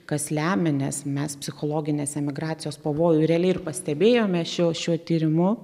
kas lemia nes mes psichologinės emigracijos pavojų realiai ir pastebėjome šio šiuo tyrimu